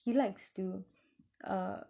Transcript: he likes to uh